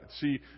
see